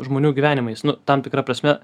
žmonių gyvenimais nu tam tikra prasme